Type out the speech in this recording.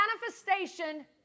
manifestation